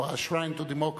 to our shrine to democracy,